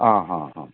आं हां हां